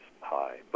high